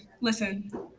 Listen